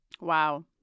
wow